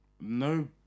No